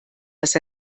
dass